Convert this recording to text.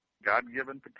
God-given